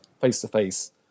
face-to-face